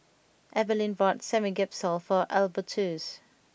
Evalyn bought Samgeyopsal for Albertus